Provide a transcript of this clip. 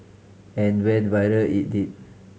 and went viral it did